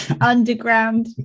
underground